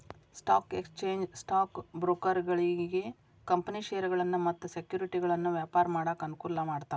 stock exchange stock ಬ್ರೋಕರ್ಗಳಿಗಿ company ಷೇರಗಳನ್ನ ಮತ್ತ ಸೆಕ್ಯುರಿಟಿಗಳನ್ನ ವ್ಯಾಪಾರ ಮಾಡಾಕ ಅನುಕೂಲ ಮಾಡ್ತಾವ